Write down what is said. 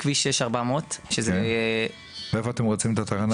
בכביש 6400. ואיפה רוצים את התחנה?